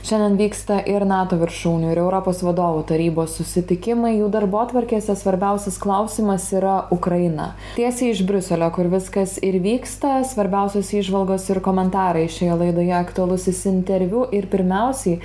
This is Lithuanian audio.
šiandien vyksta ir nato viršūnių ir europos vadovų tarybos susitikimai jų darbotvarkėse svarbiausias klausimas yra ukraina tiesiai iš briuselio kur viskas ir vyksta svarbiausios įžvalgos ir komentarai šioje laidoje aktualusis interviu ir pirmiausiai